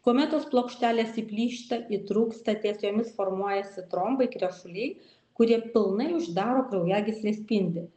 kuomet tos plokštelės įplyšta įtrūksta ties jomis formuojasi trombai krešuliai kurie pilnai uždaro kraujagyslės spindį